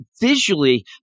visually